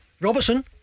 Robertson